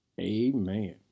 amen